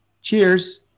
Cheers